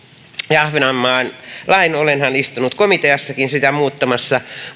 ja ahvenanmaan lain olenhan istunut komiteassakin sitä muuttamassa